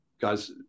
guys